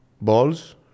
balls